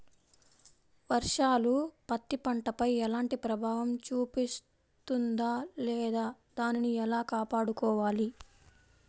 వర్షాలు పత్తి పంటపై ఎలాంటి ప్రభావం చూపిస్తుంద లేదా దానిని ఎలా కాపాడుకోవాలి?